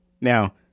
Now